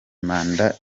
manda